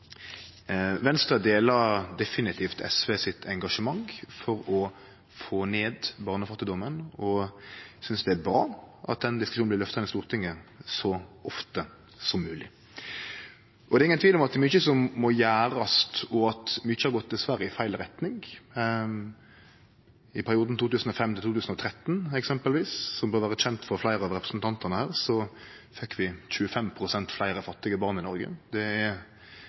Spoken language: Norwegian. Venstre deler definitivt SVs engasjement for å få ned barnefattigdomen og synest det er bra at den diskusjonen blir løfta inn i Stortinget så ofte som mogleg. Det er ingen tvil om at det er mykje som må gjerast, og at mykje dessverre har gått i feil retning. Eksempelvis i perioden 2005–2013, som bør vere kjent for fleire av representantane her, fekk vi 25 pst. fleire fattige barn i Noreg. Det er